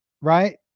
Right